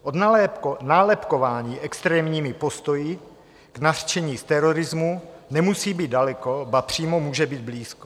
Od nálepkování extrémními postoji k nařčení z terorismu nemusí být daleko, ba přímo může být blízko.